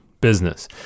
Business